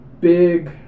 big